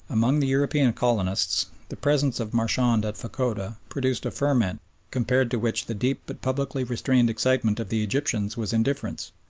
among the european colonists the presence of marchand at fachoda produced a ferment compared to which the deep but publicly restrained excitement of the egyptians was indifference.